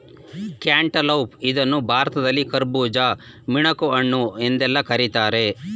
cantaloupe ಇದನ್ನು ಭಾರತದಲ್ಲಿ ಕರ್ಬುಜ, ಮಿಣಕುಹಣ್ಣು ಎಂದೆಲ್ಲಾ ಕರಿತಾರೆ